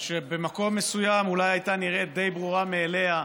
שבמקום מסוים אולי הייתה נראית די ברורה מאליה,